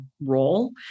role